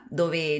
dove